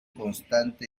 constante